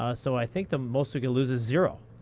ah so i think the most we can lose is zero,